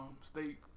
state